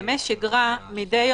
כן,